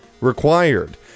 required